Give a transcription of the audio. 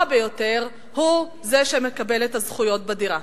ביותר הוא זה שמקבל את הזכויות בדירה.